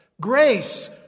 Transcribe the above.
grace